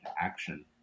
action